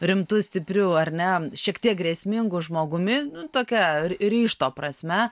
rimtu stipriu ar ne šiek tiek grėsmingu žmogumi tokia ryžto prasme